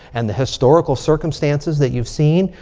and the historical circumstances that you've seen.